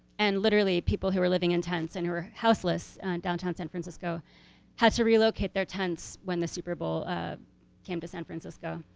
and literally people who were living in tents and are houseless in downtown san francisco had to relocate their tents when the super bowl came to san francisco.